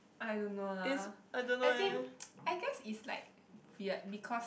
I don't know lah I think I guess is like weird because